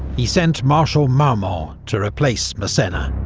he sent marshal marmont to replace massena,